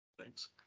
Thanks